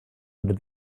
under